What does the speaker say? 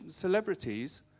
celebrities